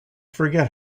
forget